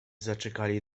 zaczekali